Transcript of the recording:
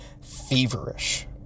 feverish